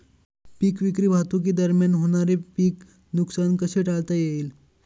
पीक विक्री वाहतुकीदरम्यान होणारे पीक नुकसान कसे टाळता येईल?